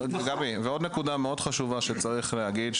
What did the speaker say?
עוד נקודה חשובה מאוד שצריך להגיד,